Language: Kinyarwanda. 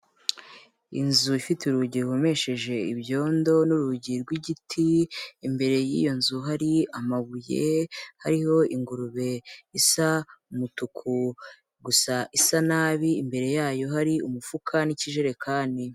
Inzu ifite urugi ruhomesheje ibyondo n'urugi rw'igiti, imbere y'iyo nzu hari amabuye hariho ingurube isa umutuku, gusa isa nabi, imbere yayo hari umufuka n'ikijerekani.